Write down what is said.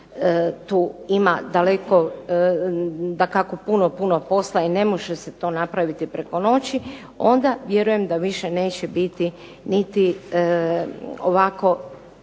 tu ima daleko, dakako puno, puno posla i ne može se to napraviti preko noći, onda vjerujem da više neće biti niti ovako